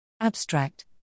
Abstract